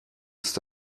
ist